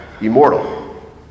immortal